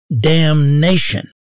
damnation